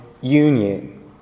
union